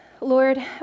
Lord